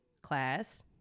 class